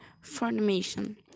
formation